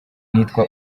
nitwa